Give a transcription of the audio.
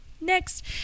Next